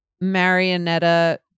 marionetta